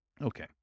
Okay